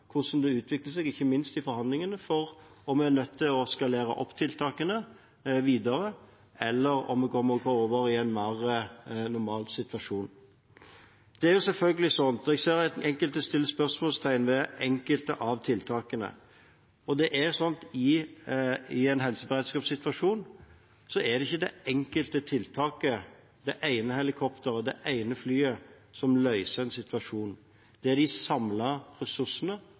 hvordan det utvikler seg, ikke minst i forhandlingene, om vi er nødt til å eskalere opp tiltakene videre, eller om vi kan gå over i en mer normal situasjon. Jeg ser at noen setter spørsmålstegn ved enkelte av tiltakene. I en helseberedskapssituasjon er det ikke det enkelte tiltaket – det ene helikopteret, det ene flyet – som løser en situasjon. Det er de samlete ressursene